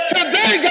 Today